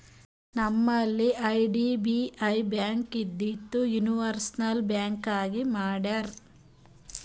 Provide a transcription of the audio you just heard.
ನಂಬಲ್ಲಿ IDBI bank ಇದ್ದಿದು universal bank ಆಗಿ ಮಾಡ್ಯಾರ್